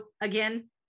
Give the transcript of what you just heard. again